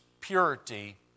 purity